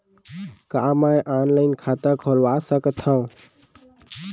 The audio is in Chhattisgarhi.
का मैं ऑनलाइन खाता खोलवा सकथव?